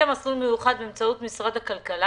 ועשיתם מסלול מיוחד באמצעות משרד הכלכלה,